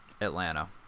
Atlanta